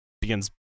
Begins